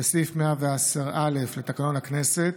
וסעיף 110(א) לתקנון הכנסת,